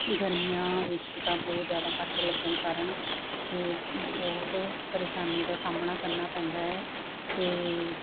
ਗਰਮੀਆਂ ਵਿੱਚ ਤਾਂ ਬਹੁਤ ਜ਼ਿਆਦਾ ਕੱਟ ਲੱਗਣ ਕਾਰਨ ਅਤੇ ਬਹੁਤ ਪਰੇਸ਼ਾਨੀ ਦਾ ਸਾਹਮਣਾ ਕਰਨਾ ਪੈਂਦਾ ਹੈ ਅਤੇ